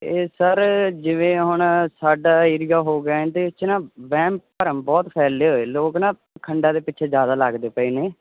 ਇਹ ਸਰ ਜਿਵੇਂ ਹੁਣ ਸਾਡਾ ਏਰੀਆ ਹੋ ਗਿਆ ਇਹਦੇ ਵਿੱਚ ਨਾ ਵਹਿਮ ਭਰਮ ਬਹੁਤ ਫੈਲੇ ਹੋਏ ਲੋਕ ਨਾ ਖੰਡਾ ਦੇ ਪਿੱਛੇ ਜ਼ਿਆਦਾ ਲੱਗਦੇ ਪਏ ਨੇ